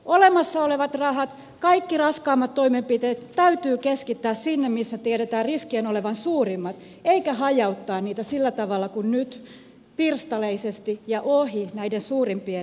olemassa olevat rahat kaikki raskaammat toimenpiteet täytyy keskittää sinne missä tiedetään riskien olevan suurimmat eikä hajauttaa niitä sillä tavalla kuin nyt pirstaleisesti ja ohi näiden suurimpien riskiryhmien